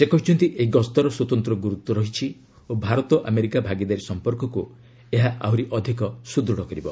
ସେ କହିଛନ୍ତି ଏହି ଗସ୍ତର୍ ସ୍ୱତନ୍ତ୍ର ଗୁରୁତ୍ୱ ରହିଛି ଓ ଭାରତ ଆମେରିକା ଭାଗିଦାରୀ ସମ୍ପର୍କକୁ ଏହା ଆହୁରି ଅଧିକ ସୁଦୃତ୍ କରିବ